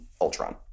Ultron